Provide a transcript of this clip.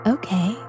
okay